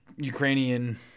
Ukrainian